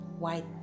White